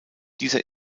dieser